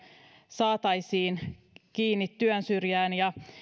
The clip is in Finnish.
saataisiin kiinni työnsyrjään